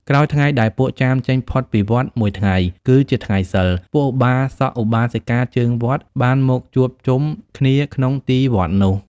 ក្រោយថ្ងៃដែលពួកចាមចេញផុតពីវត្តមួយថ្ងៃ គឺជាថ្ងៃសីល ពួកឧបាសកឧបាសិកាជើងវត្តបានមកជួបជុំគ្នាក្នុងទីវត្តនោះ។